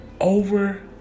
over